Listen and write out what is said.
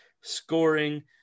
scoring